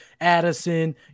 Addison